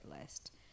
list